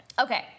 Okay